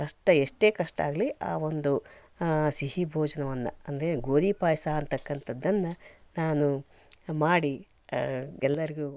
ಕಷ್ಟ ಎಷ್ಟೇ ಕಷ್ಟ ಆಗಲಿ ಆ ಒಂದು ಸಿಹಿ ಭೋಜನವನ್ನು ಅಂದರೆ ಗೋಧಿ ಪಾಯಸ ಅಂತಕ್ಕಂಥದ್ದನ್ನ ನಾನು ಮಾಡಿ ಎಲ್ಲರಿಗೂ